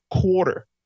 quarter